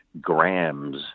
grams